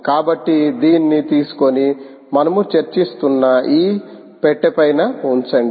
కాబట్టి దీన్ని తీసుకొని మనము చర్చిస్తున్న ఈ పెట్టె పైన ఉంచండి